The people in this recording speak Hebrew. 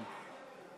כן.